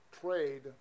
trade